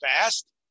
fast